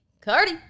Cardi